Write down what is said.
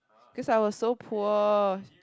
cause I was so poor